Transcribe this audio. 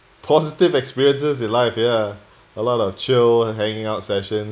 positive experiences in life yeah a lot of chill hanging out session